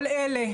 כל אלה,